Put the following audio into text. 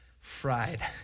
fried